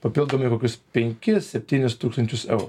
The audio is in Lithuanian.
papildomai kokius penkis septynis tūkstančius eurų